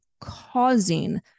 causing